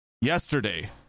Yesterday